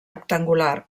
rectangular